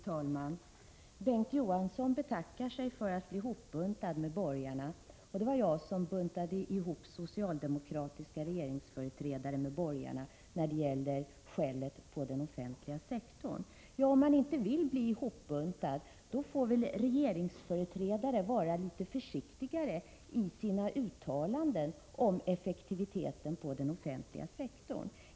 Fru talman! Bengt K. Å. Johansson betackar sig för att bli hopbuntad med borgarna, och det var jag som buntade ihop socialdemokratiska regeringsföreträdare med borgarna när det gällde skället på den offentliga sektorn. Om regeringsföreträdarna inte vill bli hopbuntade med borgarna får de väl vara litet försiktigare i sina uttalanden om den offentliga sektorn.